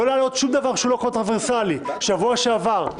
לא להעלות שום דבר שהוא קונטרוברסלי בשבוע שעבר,